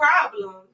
problem